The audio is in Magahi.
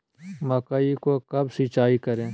मकई को कब सिंचाई करे?